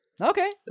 Okay